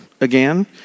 again